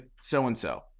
so-and-so